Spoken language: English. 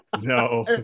No